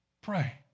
pray